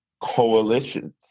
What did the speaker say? coalitions